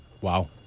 Wow